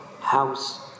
house